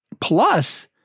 Plus